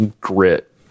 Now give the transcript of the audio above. grit